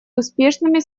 успешными